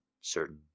certain